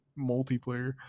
multiplayer